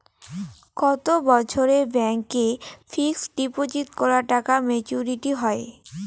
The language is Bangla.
কত বছরে ব্যাংক এ ফিক্সড ডিপোজিট করা টাকা মেচুউরিটি হয়?